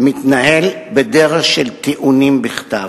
מתנהל בדרך של טיעונים בכתב.